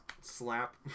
slap